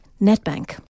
NetBank